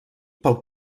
pel